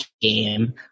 game